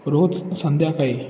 रोज संध्याकाळी